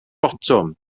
botwm